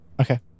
Okay